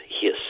Hiss